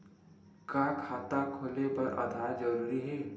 का खाता खोले बर आधार जरूरी हे?